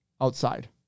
outside